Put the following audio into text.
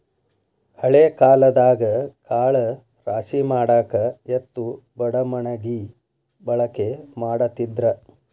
ಹಳೆ ಕಾಲದಾಗ ಕಾಳ ರಾಶಿಮಾಡಾಕ ಎತ್ತು ಬಡಮಣಗಿ ಬಳಕೆ ಮಾಡತಿದ್ರ